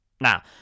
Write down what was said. now